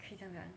可以这样讲